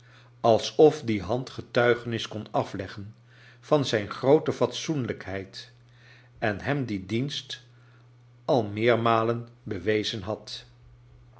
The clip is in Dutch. alsof die hand getuigenis kon afleggen van zijn groote fatsoenlijkheid en hem dien dienst al ineermalen bewezen had